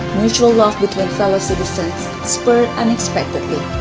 mutual love between fellow citizens spurred unexpectedly